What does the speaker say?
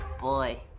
boy